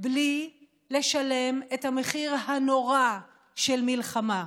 בלי לשלם את המחיר הנורא של מלחמה.